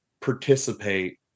participate